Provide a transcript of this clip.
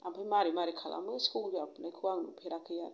ओमफाय माबोरै माबोरै खालामो सौजाबनायखौ आं नुफेराखौ आरो